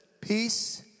peace